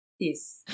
yes